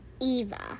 Eva